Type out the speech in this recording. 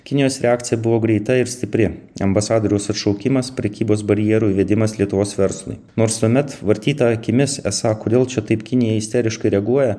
kinijos reakcija buvo greita ir stipri ambasadoriaus atšaukimas prekybos barjerų įvedimas lietuvos verslui nors tuomet vartyta akimis esą kodėl čia taip kinija isteriškai reaguoja